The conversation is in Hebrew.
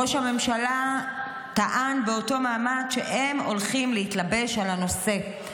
ראש הממשלה טען באותו מעמד שהם הולכים להתלבש על הנושא.